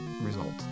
result